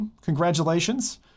Congratulations